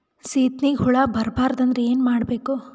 ಸೀತ್ನಿಗೆ ಹುಳ ಬರ್ಬಾರ್ದು ಅಂದ್ರ ಏನ್ ಮಾಡಬೇಕು?